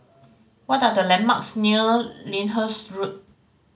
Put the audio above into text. what are the landmarks near Lyndhurst Road